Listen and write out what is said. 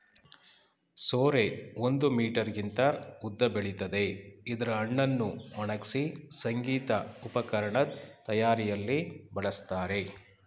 ಸೋರೆ ಒಂದು ಮೀಟರ್ಗಿಂತ ಉದ್ದ ಬೆಳಿತದೆ ಇದ್ರ ಹಣ್ಣನ್ನು ಒಣಗ್ಸಿ ಸಂಗೀತ ಉಪಕರಣದ್ ತಯಾರಿಯಲ್ಲಿ ಬಳಸ್ತಾರೆ